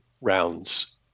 rounds